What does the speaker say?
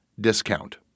discount